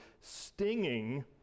stinging